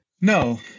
no